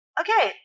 okay